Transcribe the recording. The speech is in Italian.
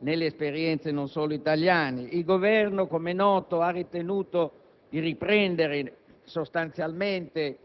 nelle esperienze non solo italiane. Il Governo, come è noto, ha ritenuto di riprendere sostanzialmente